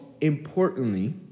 importantly